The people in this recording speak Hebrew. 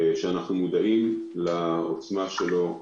אנחנו מודעים לעוצמה שלו,